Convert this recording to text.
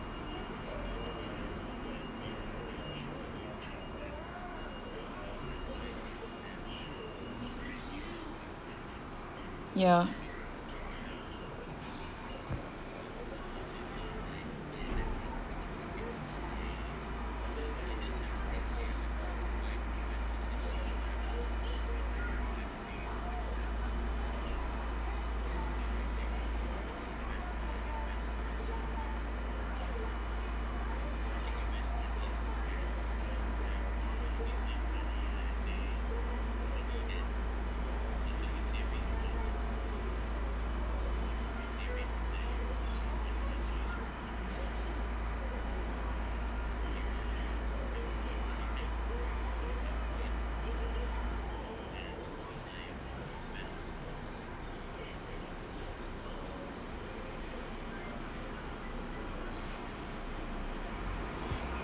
ya